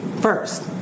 first